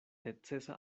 necesa